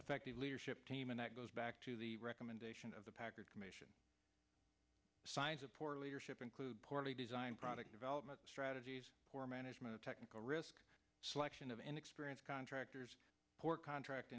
effective leadership team and that goes back to the recommendation of the packard commission size of poor leadership include poorly designed product development strategies for management of technical risk selection of end experience contractors for contract